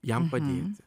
jam padėti